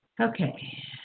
Okay